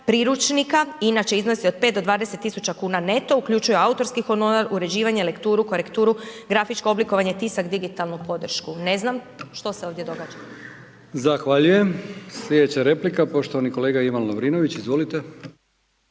priručnika, inače iznosi od 5 do 20.000 kuna neto uključuje autorski honorar, uređivanje, lekturu, korekturu, grafičko oblikovanje, tisak, digitalnu podršku. Ne znam što se ovdje događa. **Brkić, Milijan (HDZ)** Zahvaljujem. Slijedeća replika poštovani kolega Ivan Lovrinović. Izvolite.